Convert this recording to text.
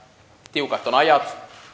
tiukat ovat ajat